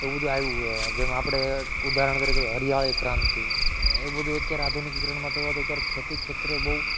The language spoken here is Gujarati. એવું બધું આવ્યું હોય જેમ આપણે ઉદાહરણ તરીકે હરિયાળી ક્રાંતિ એ બધું અત્યારે આધુનિકીકરણ થયું અત્યારે ખેતી ક્ષેત્રે બહુ